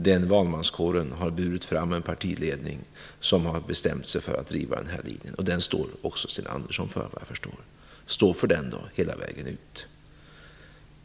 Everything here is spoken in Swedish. Den valmanskåren har burit fram en partiledning som har bestämt sig för att driva den här linjen. Den står också Sten Andersson för såvitt jag förstår. Stå för den då, hela vägen ut!